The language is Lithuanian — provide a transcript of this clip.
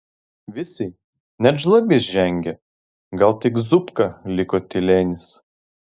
visi net žlabys žengė gal tik zupka liko tylenis